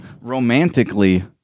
romantically